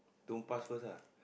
don't pass first ah